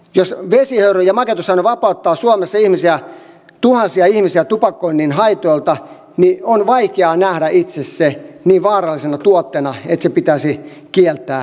jos vesihöyry ja makeutusaine vapauttaa suomessa tuhansia ihmisiä tupakoinnin haitoilta on vaikea nähdä se niin vaarallisena tuotteena että se pitäisi kieltää lainsäädännön keinoin